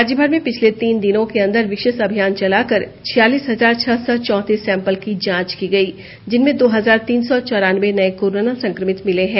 राज्य भर में पिछले तीन दिनों के अंदर विशेष अभियान चलाकर छियालीस हजार छह सौ चौतीस सैम्पल की जांच की गई जिनमें दो हजार तीन सौ चौरानबे नए कोरोना संक्रमित मिले हैं